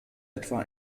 etwa